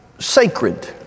sacred